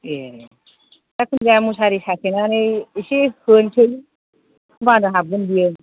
एह जायखिजाया मुसारि साथेनानै एसे होनसै होनबानो हाबगोन बियो